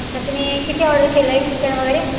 अच्छा तुम्ही किती ऑर्डर केलं आहे चिकन वगैरे